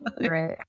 Right